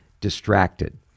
distracted